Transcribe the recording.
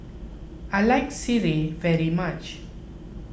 I like Sireh very much